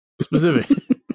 specific